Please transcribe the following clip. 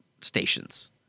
stations